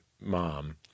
mom